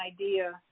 idea